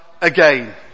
again